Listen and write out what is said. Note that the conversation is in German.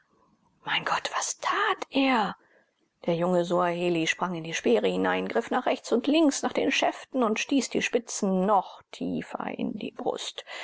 mein gott was tat er der junge suaheli sprang in die speere hinein griff nach rechts und links nach den schäften und stieß die spitzen noch tiefer in die brust